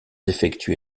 effectué